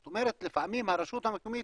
זאת אומרת לפעמים הרשות המקומית